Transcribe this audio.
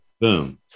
Boom